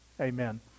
amen